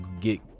get